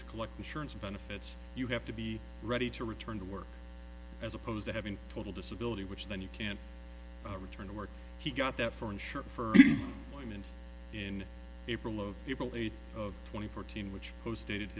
to collect insurance benefits you have to be ready to return to work as opposed to having total disability which then you can return to work he got that for in short for him and in april of people age of twenty fourteen which post